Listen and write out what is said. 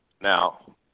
now